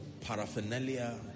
paraphernalia